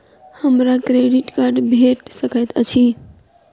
हमरा credit card भेट सकैत अछि?